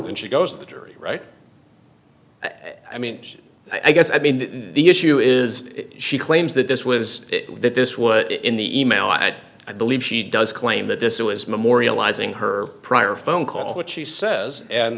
when she goes to the jury right i mean i guess i mean the issue is she claims that this was that this was in the e mail at i believe she does claim that this was memorializing her prior phone call that she says